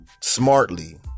Smartly